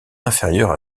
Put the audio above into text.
inférieure